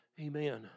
Amen